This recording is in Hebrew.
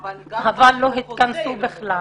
אבל בכלל לא התכנסו.